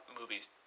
movies